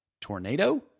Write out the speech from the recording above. Tornado